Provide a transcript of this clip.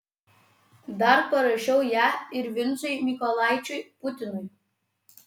dar parašiau ją ir vincui mykolaičiui putinui